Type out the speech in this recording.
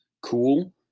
cool